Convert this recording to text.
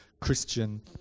Christian